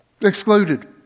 excluded